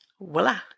Voila